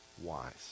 wise